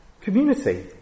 community